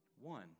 One